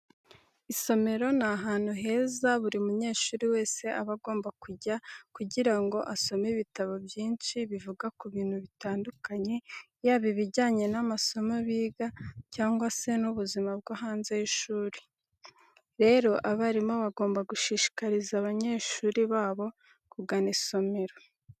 Isomero ni ahantu heza buri munyeshuri wese aba agomba kujya kugira ngo asome ibitabo byinshi bivuga ku bintu bitandukanye, yaba ibijyanye n'amasomo biga cyangwa se n'ubuzima bwo hanze y'ishuri. Rero abarimu bagomba gushishikariza abanyeshuri babo kugana isomero.